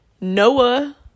noah